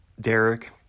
Derek